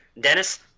Dennis